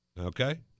okay